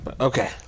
Okay